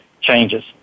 changes